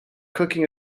cooking